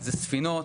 זה ספינות,